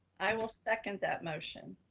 i will second that motion.